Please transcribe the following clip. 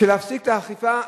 להפסיק את האכיפה,